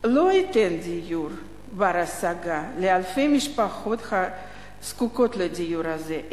לא ייתן דיור בר-השגה לאלפי המשפחות הזקוקות לדיור הזה,